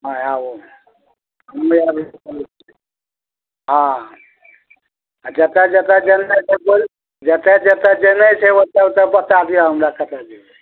हँ आबू हमे अभी हँ आओर जतऽ जतऽ जेनाइ से बोलि जतऽ जतऽ जेनाइ छै ओतऽ ओतऽ बता दिअ हमरा कतऽ जेबय